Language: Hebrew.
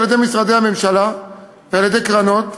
על-ידי משרדי הממשלה ועל-ידי קרנות.